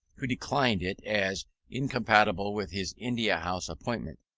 who declined it as incompatible with his india house appointment.